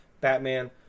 Batman